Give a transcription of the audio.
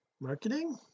marketing